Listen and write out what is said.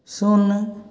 शून्य